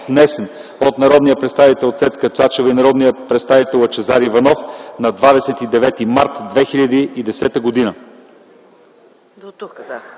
от народния представител Цецка Цачева и народния представител Лъчезар Иванов на 29 март 2010 г.”